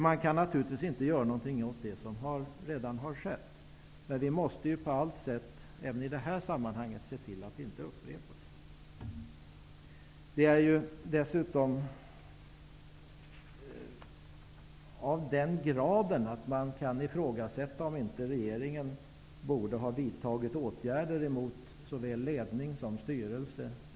Man kan naturligtvis inte göra något åt det som redan har skett, men vi måste på allt sätt även i detta sammanhang se till att det inte upprepas. Man kan dock ifrågasätta om inte regeringen borde ha vidtagit åtgärder mot inspektionens ledning och styrelse.